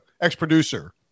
Ex-producer